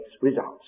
results